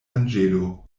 anĝelo